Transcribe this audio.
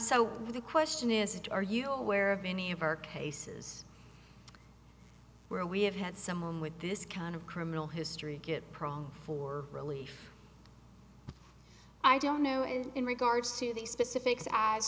so the question is are you aware of any of our cases where we have had someone with this kind of criminal history get prong for relief i don't know and in regards to the specifics a